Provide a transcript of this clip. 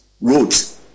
roads